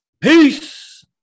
Peace